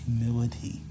humility